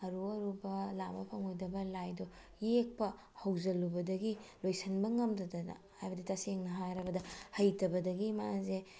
ꯑꯔꯨ ꯑꯔꯨꯕ ꯂꯝꯕ ꯐꯪꯉꯣꯏꯗꯕ ꯂꯥꯏꯗꯣ ꯌꯦꯛꯄ ꯍꯧꯖꯤꯜꯂꯨꯕꯗꯒꯤ ꯂꯣꯏꯁꯟꯕ ꯉꯝꯗꯗꯅ ꯍꯥꯏꯕꯗꯤ ꯇꯁꯦꯡꯅ ꯍꯥꯏꯔꯕꯗ ꯍꯩꯇꯕꯗꯒꯤ ꯃꯥꯁꯦ